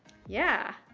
yeah!